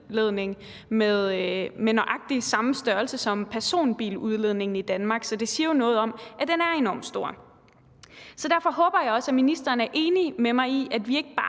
med nøjagtig den størrelse, som personbiludledningen i Danmark har. Så det siger jo noget om, at den er enormt stor. Derfor håber jeg også, at ministeren er enig med mig i, at vi ikke bare